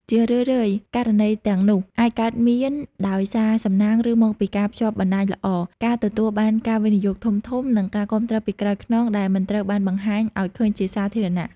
ជារឿយៗ ករណីទាំងនោះអាចកើតមានដោយសារសំណាង ឬមកពីការតភ្ជាប់បណ្តាញល្អ ការទទួលបានការវិនិយោគធំៗ និងការគាំទ្រពីក្រោយខ្នងដែលមិនត្រូវបានបង្ហាញឱ្យឃើញជាសាធារណៈ។